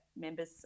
members